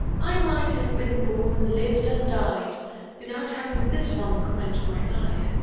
i might have been born, lived and died without having this one come into my life,